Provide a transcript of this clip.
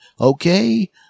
okay